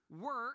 work